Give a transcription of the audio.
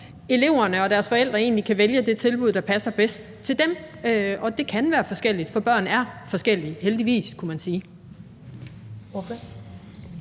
eleverne og deres forældre egentlig kan vælge det tilbud, der passer bedst til dem. Det kan være forskelligt, for børn er forskellige, heldigvis, kunne man sige.